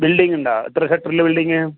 ബിൽഡിങ്ങുണ്ടോ എത്ര സെക്ടറിൽ ബിൽഡിംഗ്